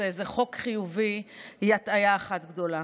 איזה חוק חיובי היא הטעיה אחת גדולה.